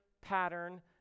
pattern